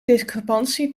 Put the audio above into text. discrepantie